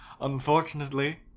Unfortunately